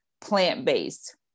plant-based